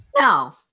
No